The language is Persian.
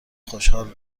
خوشحال